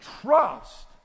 trust